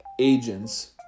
agents